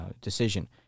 decision